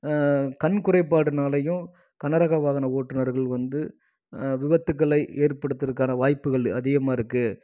கண் குறைபாடுனாலேயும் கனரக வாகன ஓட்டுனர்கள் வந்து விபத்துக்களை ஏற்படுத்றத்துக்கான வாய்ப்புகள் அதிகமாக இருக்கு